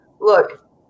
Look